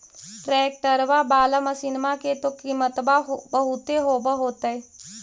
ट्रैक्टरबा बाला मसिन्मा के तो किमत्बा बहुते होब होतै?